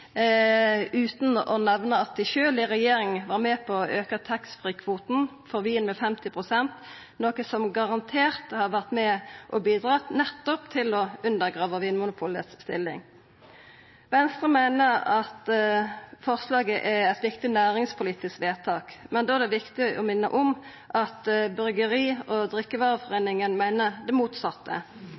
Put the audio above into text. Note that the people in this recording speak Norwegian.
utan å nemna at dei sjølve i regjering var med på å auka taxfreekvoten for vin med 50 pst., noko som garantert har vore med og bidratt nettopp til å undergrava Vinmonopolets stilling. Venstre meiner at forslaget vil vera eit viktig næringspolitisk vedtak. Men da er det viktig å minna om at Bryggeri- og drikkevareforeningen meiner det motsette.